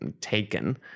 taken